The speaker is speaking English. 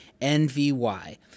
N-V-Y